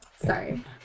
sorry